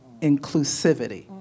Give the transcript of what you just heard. inclusivity